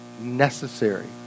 necessary